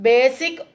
Basic